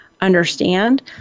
understand